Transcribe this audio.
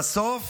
"בסוף